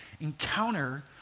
encounter